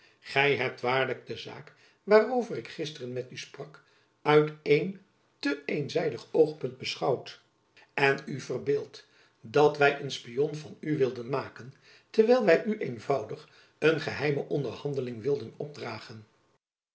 gy hebt waarlijk de zaak waarover ik gisteren met u sprak uit een te eenzijdig oogpunt beschouwd en u verbeeld dat wy een spion van u wilden maken terwijl wy u eenvoudig een geheime onderhandeling wilden opdragen